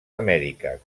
amèrica